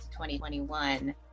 2021